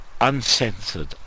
uncensored